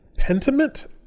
Pentiment